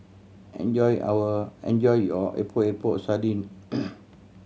enjoy our enjoy your Epok Epok Sardin